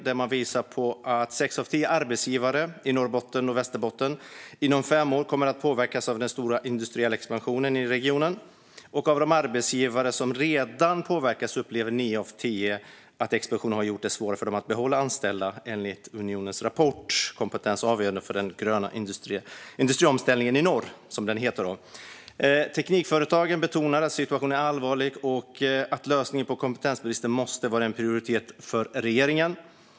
Där visar man på att sex av tio arbetsgivare i Norrbotten och Västerbotten inom fem år kommer att påverkas av den stora industriella expansionen i regionen. Av de arbetsgivare som redan påverkas upplever nio av tio att expansionen har gjort det svårare för dem att behålla anställda, enligt Unionens rapport Kompetens avgörande för den gröna industriomställningen i norr . Teknikföretagen betonar att situationen är allvarlig och att lösningen på kompetensbristen måste vara en prioritet för regeringen.